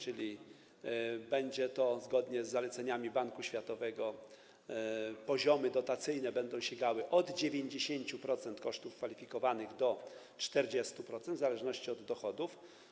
Zgodnie z zaleceniami Banku Światowego poziomy dotacyjne będą sięgały od 90% kosztów kwalifikowanych do 40%, w zależności od dochodów.